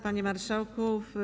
Panie Marszałku!